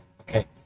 okay